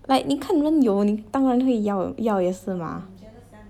like 你看人有你当然会要要也是 mah